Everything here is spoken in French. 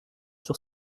sur